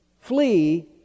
flee